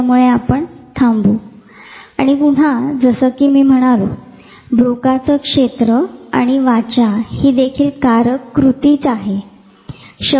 त्यामुळे आपण इथे थांबू आणि पुन्हा जसे मी म्हणालो ब्रोकाचे क्षेत्र आणि वाचा हि देखील कारक कृती आहे